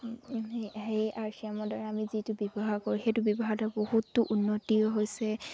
সেই R C এমৰ দ্বাৰা আমি যিটো ব্যৱহাৰ কৰোঁ সেইটো ব্যৱহাৰৰ দ্বাৰা বহুতো উন্নতিও হৈছে